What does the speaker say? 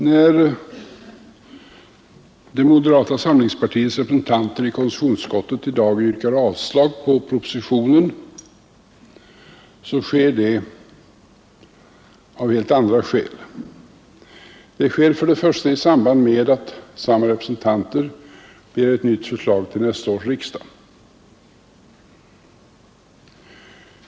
Men när moderata samlingspartiets representanter i konstitutionsutskottet i dag yrkar avslag på propositionen, sker det av helt andra skäl. Det sker först och främst i samband med att samma representanter begär ett nytt förslag till nästa års riksdag.